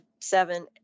seven